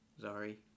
Sorry